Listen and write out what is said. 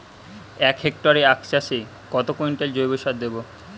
এক হেক্টরে আখ চাষে কত কুইন্টাল জৈবসার দেবো?